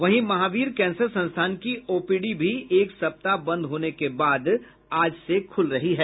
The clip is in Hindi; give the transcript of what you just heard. वहीं महावीर कैंसर संस्थान की ओपीडी भी एक सप्ताह बंद होने के बाद आज से खूल रही हैं